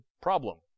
problem